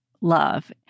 love